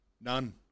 none